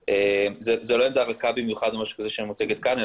זה לא עמדה רכה במיוחד שמוצגת כאן,